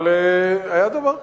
אבל היה דבר כזה.